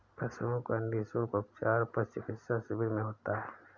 पशुओं का निःशुल्क उपचार पशु चिकित्सा शिविर में होता है